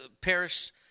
Paris